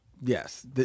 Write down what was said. Yes